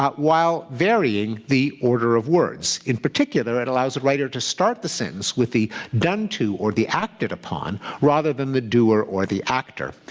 but while varying the order of words. in particular, it allows a writer to start the sentence with the done to or the acted upon rather than the doer or the actor.